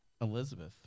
Elizabeth